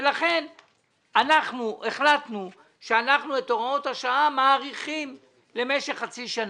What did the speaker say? ולכן אנחנו החלטנו שאנחנו את הוראות השעה מאריכים למשך חצי שנה,